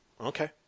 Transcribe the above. Okay